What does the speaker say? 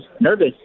nervous